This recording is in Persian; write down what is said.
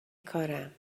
کارم